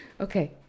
Okay